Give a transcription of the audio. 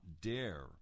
dare